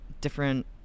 different